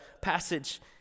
passage